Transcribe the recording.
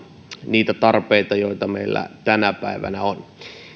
niitä tarpeita joita meillä tänä päivänä on